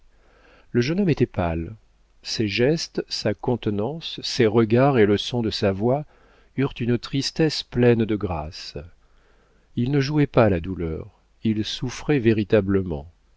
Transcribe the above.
le jeune homme était pâle ses gestes sa contenance ses regards et le son de sa voix eurent une tristesse pleine de grâce il ne jouait pas la douleur il souffrait véritablement